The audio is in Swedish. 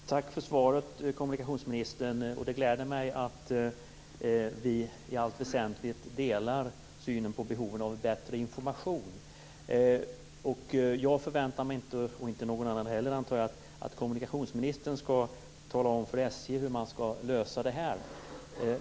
Herr talman! Tack för svaret, kommunikationsministern! Det gläder mig att vi i allt väsentligt delar synen på behovet av bättre information. Jag förväntar mig inte - och inte någon annan heller antar jag - att kommunikationsministern skall tala om för SJ hur detta skall lösas.